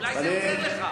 אז אולי זה עוזר לך.